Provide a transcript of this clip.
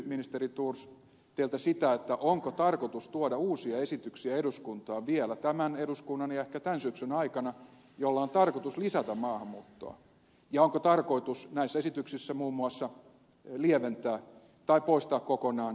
kysyin ministeri thors teiltä sitä onko tarkoitus tuoda eduskuntaan vielä tämän eduskunnan ja ehkä tämän syksyn aikana uusia esityksiä joilla on tarkoitus lisätä maahanmuuttoa ja onko tarkoitus näissä esityksissä muun muassa lieventää työlupakäytäntöä tai poistaa se kokonaan